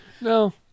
no